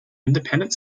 independent